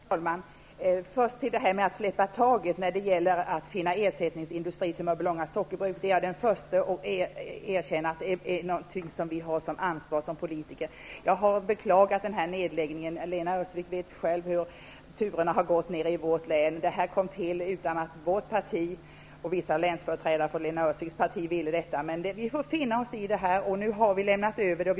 Herr talman! Först till det här med att inte släppa taget. När det gäller att finna ersättningsindustri till Mörbylånga sockerbruk, är jag den första att erkänna att vi som politiker har ansvar därför. Jag har beklagat den här nedläggningen. Lena Öhrsvik vet själv hur turerna i vårt län har gått. Beslutet fattades utan att vårt parti och vissa länsföreträdare från Lena Öhrsviks parti ville det. Vi får emellertid finna oss i beslutet, och vi har lämnat över ärendet.